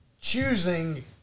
choosing